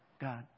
God